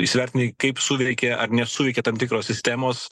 įsivertinai kaip suveikė ar nesuveikė tam tikros sistemos